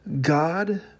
God